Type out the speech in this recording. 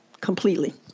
completely